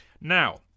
Now